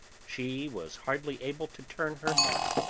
she was hardly able to turn her head,